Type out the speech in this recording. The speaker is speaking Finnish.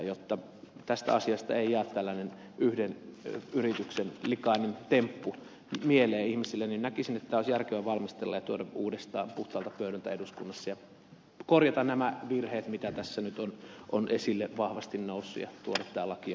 jotta tästä asiasta ei jää tällainen yhden yrityksen likainen temppu mieleen ihmisille niin näkisin että tämä olisi järkevää valmistella ja tuoda uudestaan puhtaalta pöydältä eduskuntaan ja korjata nämä virheet mitkä tässä nyt ovat esille vahvasti nousseet ja tuoda tämä uusi laki